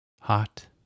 hot